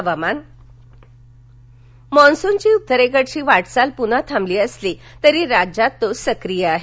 हवामान मान्सूनची उत्तरेकडची वाटचाल पून्हा थांबली असली तरी राज्यात तो सक्रीय आहे